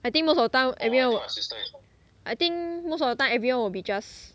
I think most of the time everyone will I think most of the time everyone will be just